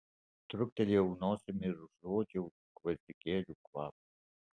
truktelėjau nosimi ir užuodžiau gvazdikėlių kvapą